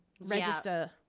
register